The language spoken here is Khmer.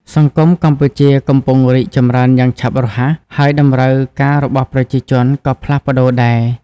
សង្គមកម្ពុជាកំពុងរីកចម្រើនយ៉ាងឆាប់រហ័ស ហើយតម្រូវការរបស់ប្រជាជនក៏ផ្លាស់ប្តូរដែរ។